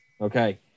Okay